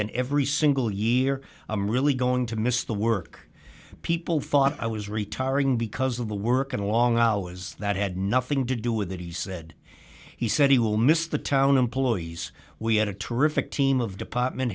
and every single year i'm really going to miss the work people thought i was retiring because of the work and long hours that had nothing to do with it he said he said we will miss the town employees we had a terrific team of department